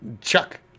Chuck